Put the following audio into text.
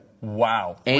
Wow